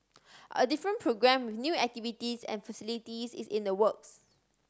a different programme with new activities and facilities is in the works